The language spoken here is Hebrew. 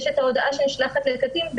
יש את ההודעה שנשלחת לקטין,